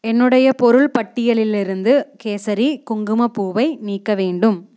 என்னுடைய பொருள் பட்டியலேலிருந்து கேசரி குங்குமப்பூவை நீக்க வேண்டும்